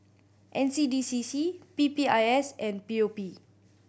N C D C C P P I S and P O P